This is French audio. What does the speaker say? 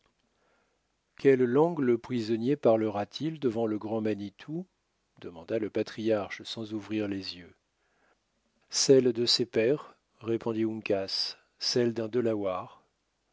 quelle langue le prisonnier parlera t il devant le grand manitou demanda le patriarche sans ouvrir les yeux celle de ses pères répondit uncas celle d'un